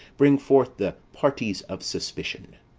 bring forth the parties of suspicion.